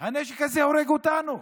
הנשק הזה הורג אותנו.